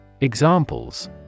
Examples